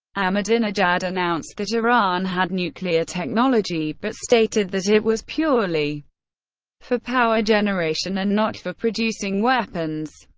ahmadinejad announced that iran had nuclear technology, but stated that it was purely for power generation and not for producing weapons.